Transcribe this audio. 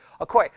Okay